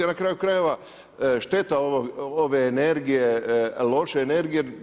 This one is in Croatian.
A na kraju krajeva šteta ove energije, loše energije.